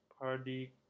Party